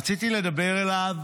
רציתי לדבר אליו,